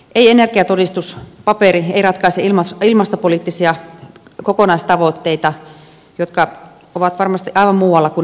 energiatodistuspaperi ei ratkaise ilmastopoliittisia kokonaistavoitteita jotka ovat varmasti aivan muualla kuin asuinrakentamisessa